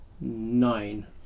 Nine